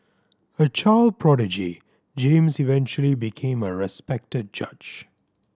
a child prodigy James eventually became a respected judge